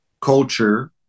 culture